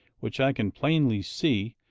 which i can plainly see,